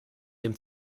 dem